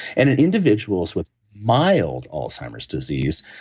and in individuals with mild alzheimer's disease,